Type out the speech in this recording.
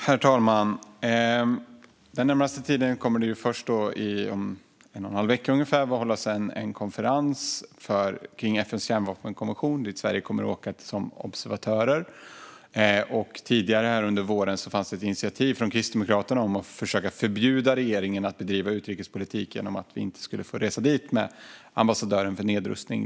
Herr talman! Om ungefär en och en halv vecka kommer det att hållas en konferens om FN:s kärnvapenkonvention, dit Sverige kommer att åka som observatör. Tidigare under våren fanns det ett initiativ från Kristdemokraterna som handlade om att förbjuda regeringen att bedriva utrikespolitik såtillvida att vår nedrustningsambassadör inte skulle få åka dit.